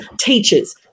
teachers